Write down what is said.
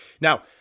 Now